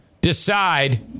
decide